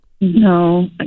No